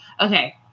okay